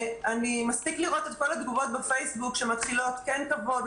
מספיק לראות את כל התגובות בפייסבוק שמתחילות ב: כן כבוד,